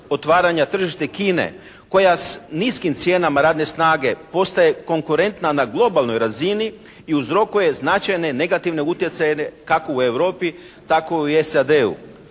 otvaranja tržišne Kine koja s niskim cijenama radne snage postaje konkurentna na globalnoj razini i uzrokuje značajne negativne utjecaje kako u Europi tako i u SAD-u.